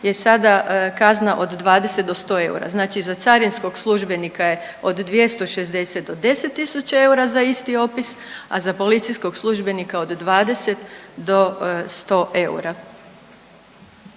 je sada kazna od 20 do 100 eura, znači za carinskog službenika je od 260 do 10 tisuća eura za isti opis, a za policijskog službenika od 20 do 100 eura.